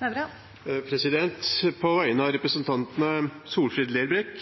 Nævra vil fremsette et representantforslag. På vegne av representantene Solfrid Lerbrekk,